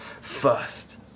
first